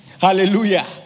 Hallelujah